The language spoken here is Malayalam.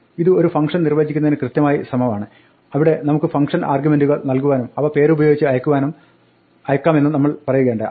ഇത് ഒരു ഫംഗ്ഷൻ നിർവ്വചിക്കുന്നതിന് കൃത്യമായി സമമാണ് അവിടെ നമുക്ക് ഫംഗ്ഷൻ ആർഗ്യുമെന്റുകൾ നൽകുവാനും അവ പേരുപയോഗിച്ച് അയക്കാമെന്നും നമ്മൾ പറയുകയുണ്ടായി